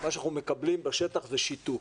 מה שאנחנו מקבלים בשטח זה שיתוק.